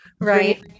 Right